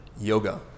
yoga